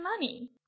money